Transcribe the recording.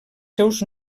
seus